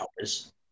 hours